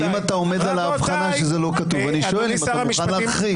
אם אתה עומד על ההבחנה שזה לא כתוב אני שואל אם אתה מוכן להחריג.